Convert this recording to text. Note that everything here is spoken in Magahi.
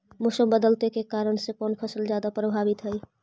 मोसम बदलते के कारन से कोन फसल ज्यादा प्रभाबीत हय?